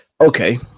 okay